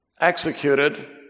executed